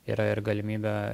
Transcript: yra ir galimybė